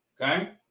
okay